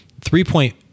three-point